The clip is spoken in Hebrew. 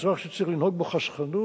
במצרך שצריך לנהוג בו חסכנות,